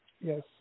Yes